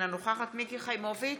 אינה נוכחת מיקי חיימוביץ,